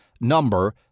number